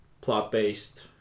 plot-based